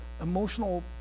emotional